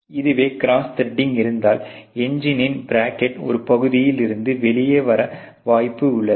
இதுவே cross threading இருந்தால் என்ஜினின் பிராக்கெட் ஒரு பகுதியில் இருந்து வெளியே வர வாய்ப்பு உள்ளது